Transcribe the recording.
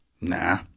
Nah